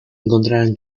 encontrarán